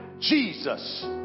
Jesus